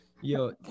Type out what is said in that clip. Yo